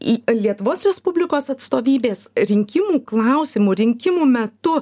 į lietuvos respublikos atstovybės rinkimų klausimų rinkimų metu